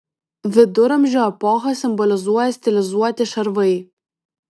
viduramžių epochą simbolizuoja stilizuoti šarvai